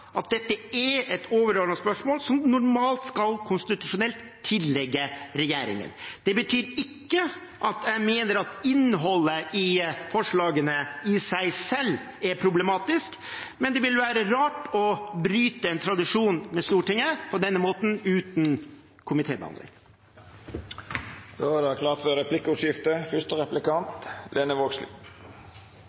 at dette er et overordnet spørsmål som konstitusjonelt normalt skal tilligge regjeringen. Det betyr ikke at jeg mener at innholdet i forslaget i seg selv er problematisk, men det ville være rart å bryte en tradisjon overfor Stortinget på denne måten, uten komitébehandling. Det vert replikkordskifte. Forslaget frå Arbeidarpartiet som er